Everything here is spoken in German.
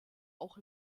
auch